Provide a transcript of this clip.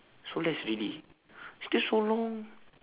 so less already still so long